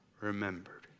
remembered